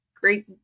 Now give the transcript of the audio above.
great